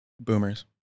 Boomers